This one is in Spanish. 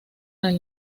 del